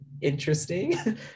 interesting